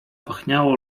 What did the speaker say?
pachniało